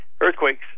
Earthquakes